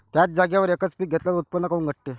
थ्याच जागेवर यकच पीक घेतलं त उत्पन्न काऊन घटते?